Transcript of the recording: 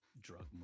drug